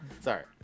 Sorry